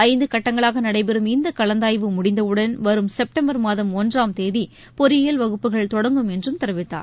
ஐந்து கட்டங்களாக நடைபெறும் இந்த கலந்தாய்வு முடிந்தவுடன் வரும் செப்டம்பர் மாதம் ஒன்றாம் தேதி பொறியியல் வகுப்புகள் தொடங்கும் என்றும் தெரிவித்தார்